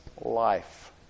life